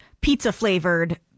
pizza-flavored